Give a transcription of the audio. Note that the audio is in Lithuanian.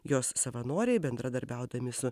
jos savanoriai bendradarbiaudami su